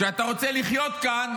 כשאתה רוצה לחיות כאן,